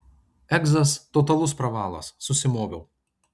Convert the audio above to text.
egzas totalus pravalas susimoviau